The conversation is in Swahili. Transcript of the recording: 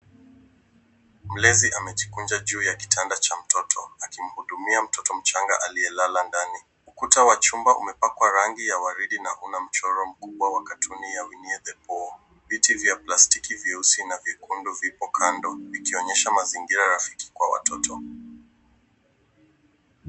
Mlezi amejikunja juu ya kitanda cha mtoto akimhudumia mtoto mchanga aliyelala ndani. Ukuta wa chumba umepakwa rangi ya waridi na kuna mchoro mkubwa wa katuni wa unye the paw . Viti vya plastiki vyeusi na vyekundu vipo kando vikionyesha mazingira rafiki kwa watoto.